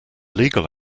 legal